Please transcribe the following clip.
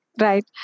Right